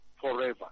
forever